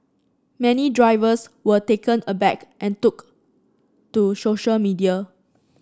many drivers were taken aback and took to social media